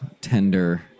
tender